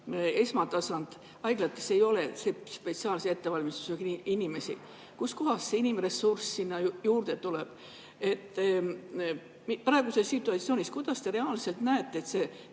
esmatasand, haiglates ei ole sellise spetsiaalse ettevalmistusega inimesi. Kust kohast see inimressurss sinna juurde tuleb? Kuidas te praeguses situatsioonis reaalselt näete, et see